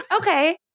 okay